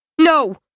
No